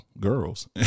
girls